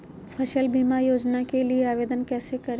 फसल बीमा योजना के लिए आवेदन कैसे करें?